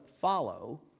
follow